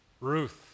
Ruth